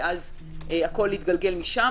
והכול התגלגל משם,